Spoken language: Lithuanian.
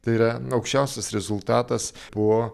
tai yra aukščiausias rezultatas po